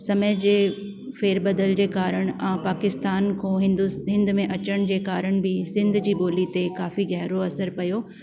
समय जे फेरु बदल जे कारणु ऐं पाकिस्तान को हिंदु हिंद में अचण जे कारण बि सिंध जी ॿोली ते काफ़ी गहरो असरु पियो